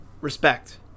respect